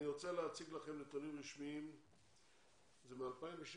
אני רוצה להציג לכם נתונים רשמיים, זה מ-2016.